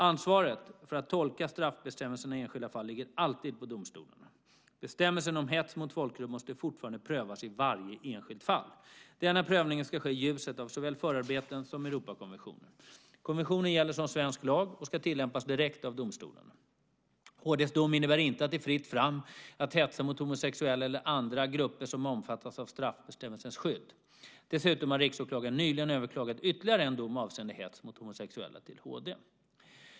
Ansvaret för att tolka straffbestämmelser i enskilda fall ligger alltid på domstolarna. Bestämmelsen om hets mot folkgrupp måste fortfarande prövas i varje enskilt fall. Denna prövning ska ske i ljuset av såväl förarbetena som Europakonventionen. Konventionen gäller som svensk lag och ska tillämpas direkt av domstolarna. HD:s dom innebär inte att det är fritt fram att hetsa mot homosexuella eller andra grupper som omfattas av straffbestämmelsens skydd. Dessutom har riksåklagaren nyligen överklagat ytterligare en dom avseende hets mot homosexuella till HD.